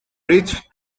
rich